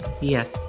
Yes